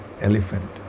elephant